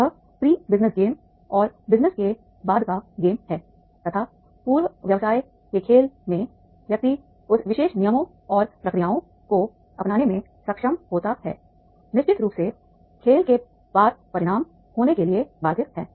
यह pre business game और business के बाद का गेम है तथा पूर्व व्यवसाय के खेल में व्यक्ति उस विशेष नियमों और प्रक्रियाओं को अपनाने में सक्षम होता है निश्चित रूप से खेल के बाद परिणाम होने के लिए बाध्य हैं